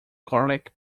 garlic